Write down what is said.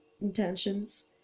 intentions